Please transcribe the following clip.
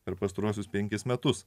per pastaruosius penkis metus